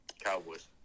Cowboys